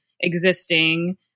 existing